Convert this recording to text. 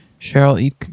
Cheryl